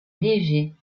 légers